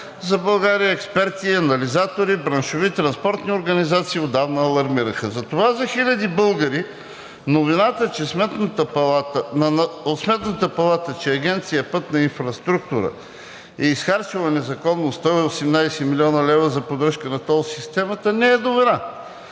за България“, експерти, анализатори, браншови, транспортни организации отдавна алармираха. Затова за хиляди българи новината от Сметната палата, че Агенция „Пътна инфраструктура“ е изхарчила незаконно 118 млн. лв. за поддръжка на тол системата, не е добра.